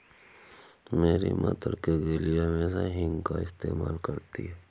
मेरी मां तड़के के लिए हमेशा हींग का इस्तेमाल करती हैं